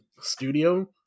studio